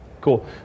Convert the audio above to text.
Cool